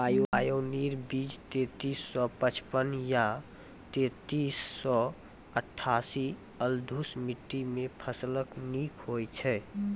Pioneer बीज तेंतीस सौ पचपन या तेंतीस सौ अट्ठासी बलधुस मिट्टी मे फसल निक होई छै?